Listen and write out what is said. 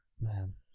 man